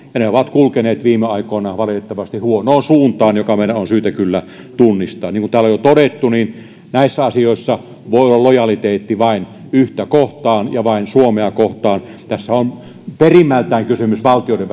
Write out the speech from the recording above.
ja ne ovat kulkeneet viime aikoina valitettavasti huonoon suuntaan joka meidän on syytä kyllä tunnistaa niin kuin täällä on jo todettu näissä asioissa voi olla lojaliteetti vain yhtä kohtaan ja vain suomea kohtaan tässä on perimmältään kysymys valtioiden